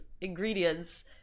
ingredients